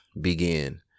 begin